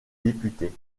députés